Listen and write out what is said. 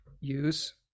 use